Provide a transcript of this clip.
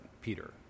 Peter